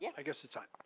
yeah i guess it's on.